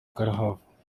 karahava